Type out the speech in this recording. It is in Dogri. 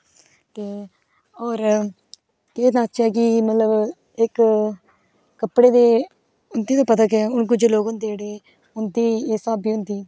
ते और केह् लाचे कि इक मतलब कपडे़ दे उन्दी ते पता गै है गुजर लोक होंदे जेहडे़ उन्दी इस स्हावे दी होंदी